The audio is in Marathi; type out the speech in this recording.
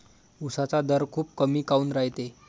उसाचा दर खूप कमी काऊन रायते?